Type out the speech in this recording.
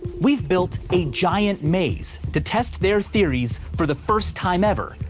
we've built a giant maze to test their theories for the first time ever,